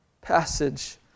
passage